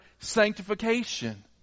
sanctification